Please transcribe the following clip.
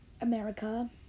America